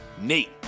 Nate